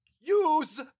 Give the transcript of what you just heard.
Use